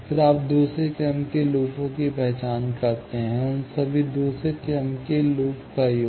फिर आप दूसरे क्रम के लूप की पहचान करते हैं उन सभी दूसरे क्रम के लूप का योग